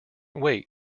wait